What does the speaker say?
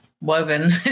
woven